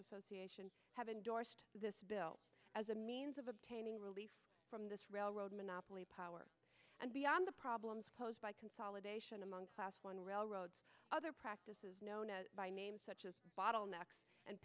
association have endorsed this bill as a means of obtaining relief from this railroad monopoly power and beyond the problems posed by consolidation among class one railroads other practices known by names such as bottlenecks and